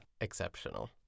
exceptional